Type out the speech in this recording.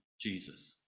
Jesus